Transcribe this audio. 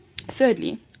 Thirdly